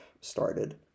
started